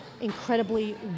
incredibly